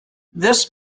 this